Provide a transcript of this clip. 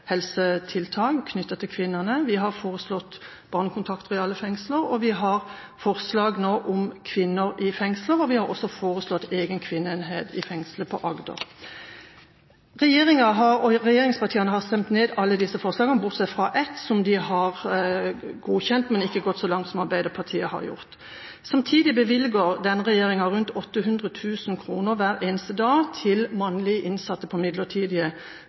helsetiltak knyttet til kvinner. Vi har foreslått barnekontakter i alle fengsler, vi har forslag om kvinner i fengsel, og vi har også foreslått en egen kvinneenhet i fengselet i Agder. Regjeringspartiene har stemt ned alle disse forslagene, bortsett fra ett, som de har godkjent, men ikke gått så langt med som Arbeiderpartiet har gjort. Samtidig bevilger denne regjeringa rundt 800 000 kr hver eneste dag til mannlige innsatte på midlertidige